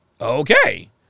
Okay